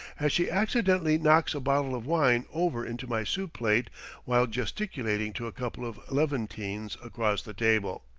as she accidentally knocks a bottle of wine over into my soup-plate while gesticulating to a couple of levantines across the table.